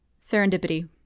Serendipity